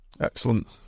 Excellent